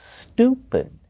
stupid